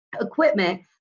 equipment